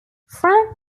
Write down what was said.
frank